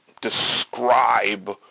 describe